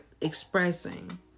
expressing